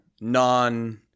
non